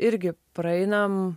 irgi praeinam